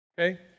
Okay